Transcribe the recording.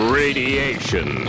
radiation